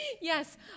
Yes